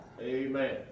Amen